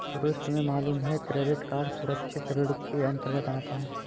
सुरेश तुम्हें मालूम है क्रेडिट कार्ड असुरक्षित ऋण के अंतर्गत आता है